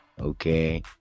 Okay